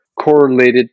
correlated